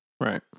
right